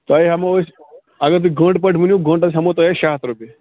تۄہہِ ہٮ۪مو أسۍ اگر تُہۍ گنٛٹہٕ پٲٹھۍ ؤنِو گنٛٹس ہٮ۪مو تۅہہِ أسۍ شےٚ ہَتھ رۄپیہِ